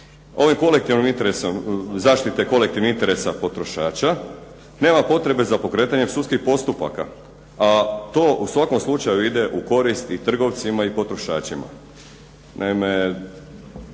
zaštite kolektivnog interesa potrošača nema potrebe za pokretanjem sudskih postupaka, a to u svakom slučaju ide u koristi i trgovcima i potrošačima.